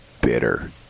bitter